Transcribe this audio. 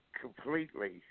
completely